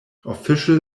official